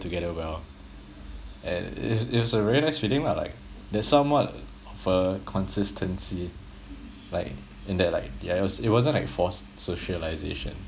together well and it's it's a very nice feeling lah like there's somewhat of a consistency like in that like yeah it wasn't like forced socialisation